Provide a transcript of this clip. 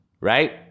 Right